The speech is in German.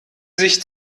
sich